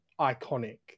iconic